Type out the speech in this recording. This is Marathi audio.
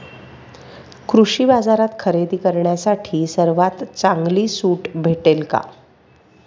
कृषी बाजारात खरेदी करण्यासाठी सर्वात चांगली सूट भेटेल का?